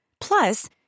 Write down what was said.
Plus